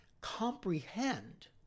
comprehend